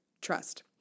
trust